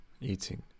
eating